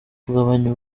kugabanya